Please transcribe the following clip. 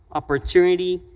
opportunity,